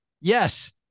Yes